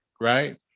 right